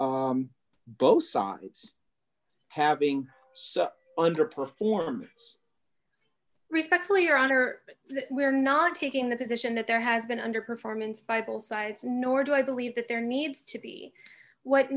both sides having so under performance respectfully your honor that we're not taking the position that there has been under performance bible sides nor do i believe that there needs to be what